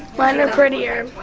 mine are prettier.